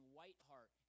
Whiteheart